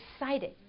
excited